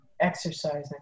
Exercising